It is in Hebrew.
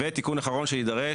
ותיקון אחרון שיידרש,